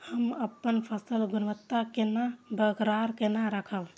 हम अपन फसल गुणवत्ता केना बरकरार केना राखब?